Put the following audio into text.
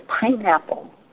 pineapple